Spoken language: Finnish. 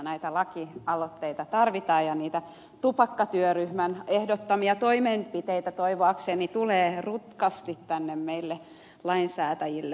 näitä lakialoitteita tarvitaan ja niitä tupakkatyöryhmän ehdottamia toimenpiteitä toivoakseni tulee rutkasti tänne meille lainsäätäjille eteemme